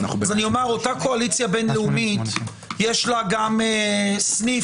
אותה קואליציה בינלאומית יש להם גם סניף